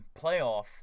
playoff